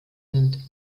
sind